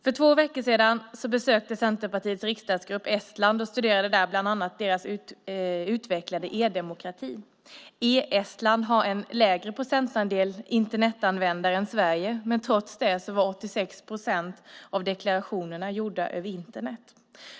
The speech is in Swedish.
För två veckor sedan besökte Centerpartiets riksdagsgrupp Estland och studerade där bland annat deras utvecklade e-demokrati. E-Estland har en lägre procentandel Internetanvändare än Sverige, men trots det var 86 procent av deklarationerna gjorda över Internet.